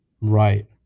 Right